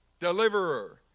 deliverer